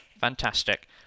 Fantastic